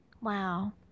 Wow